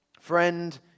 Friend